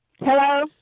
Hello